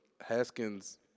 Haskins